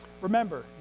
Remember